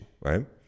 right